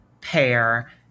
pair